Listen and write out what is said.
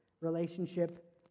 relationship